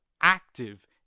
active